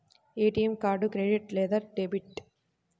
ATM card credit లేదా debit?